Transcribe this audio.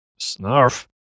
Snarf